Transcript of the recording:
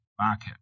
market